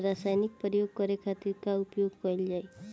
रसायनिक प्रयोग करे खातिर का उपयोग कईल जाइ?